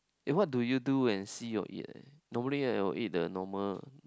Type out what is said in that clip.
eh what do you do when see or eat eh normally I would eat the normal